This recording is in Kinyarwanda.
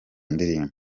ndirimbo